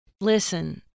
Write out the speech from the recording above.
listen